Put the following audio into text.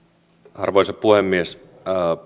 arvoisa puhemies